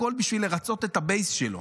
הכול בשביל לרצות את הבייס שלו.